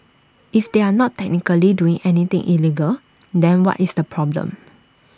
if they are not technically doing anything illegal then what is the problem